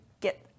get